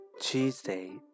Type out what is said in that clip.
Tuesday